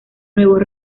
nuevos